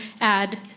add